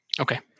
Okay